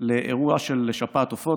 לאירוע של שפעת עופות,